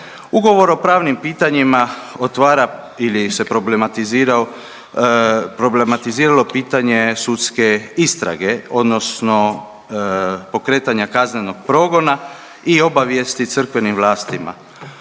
Ugovor o pravnim pitanjima otvara ili se problematiza, problematiziralo pitanje sudske istrage odnosno pokretanja kaznenog progona i obavijesti crkvenim vlastima.